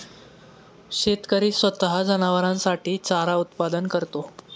शेतकरी स्वतः जनावरांसाठी चारा उत्पादन करतो